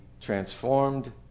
transformed